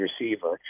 receiver